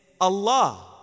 Allah